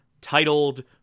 titled